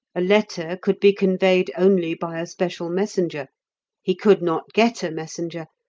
a letter could be conveyed only by a special messenger he could not get a messenger,